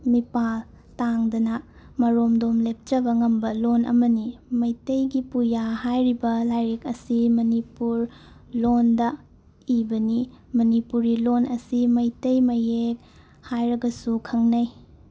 ꯃꯤꯄꯥꯜ ꯇꯥꯡꯗꯅ ꯃꯔꯣꯝꯗꯣꯝ ꯂꯦꯞꯆꯕ ꯉꯝꯕ ꯂꯣꯟ ꯑꯃꯅꯤ ꯃꯩꯇꯩꯒꯤ ꯄꯨꯌꯥ ꯍꯥꯏꯔꯤꯕ ꯂꯥꯏꯔꯤꯛ ꯑꯁꯤ ꯃꯅꯤꯄꯨꯔ ꯂꯣꯟꯗ ꯏꯕꯅꯤ ꯃꯅꯤꯄꯨꯔꯤ ꯂꯣꯟ ꯑꯁꯤ ꯃꯩꯇꯩ ꯃꯌꯦꯛ ꯍꯥꯏꯔꯒꯁꯨ ꯈꯪꯅꯩ